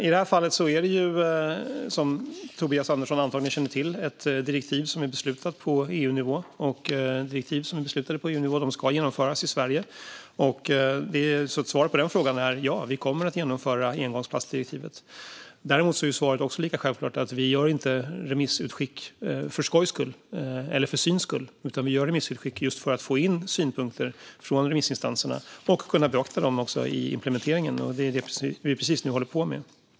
I det här fallet gäller det, som Tobias Andersson antagligen känner till, ett direktiv som är beslutat på EU-nivå. Direktiv som är beslutade på EU-nivå ska genomföras i Sverige, så svaret på den frågan är att vi kommer att genomföra engångsplastdirektivet. Det är dock lika självklart att vi inte gör remissutskick för skojs skull eller för syns skull, utan vi gör remissutskick just för att få in synpunkter från remissinstanserna och kunna beakta dem i implementeringen. Det är detta vi nu håller på med.